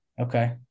Okay